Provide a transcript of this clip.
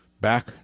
back